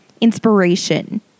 inspiration